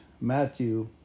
Matthew